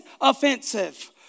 offensive